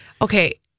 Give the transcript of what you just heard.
Okay